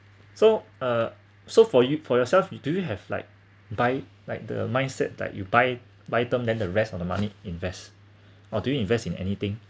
so uh so for you for yourself you do you have like buy like the mindset like you buy buy term than the rest of the money invest or do you invest in anything